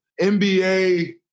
nba